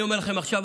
אני אומר לכם עכשיו,